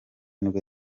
nibwo